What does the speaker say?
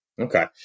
Okay